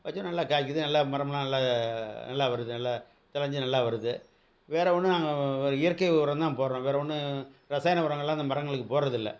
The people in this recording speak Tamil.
வச்சால் நல்லா காய்க்கிது நல்லா மரம்லாம் நல்லா நல்லா வருது நல்லா தழைஞ்சு நல்லா வருது வேறு ஒன்றும் நாங்கள் இயற்கை உரம் தான் போடுறோம் வேறு ஒன்றும் ரசாயன உரங்கள்லாம் அந்த மரங்களுக்கு போடுறதில்ல